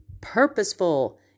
purposeful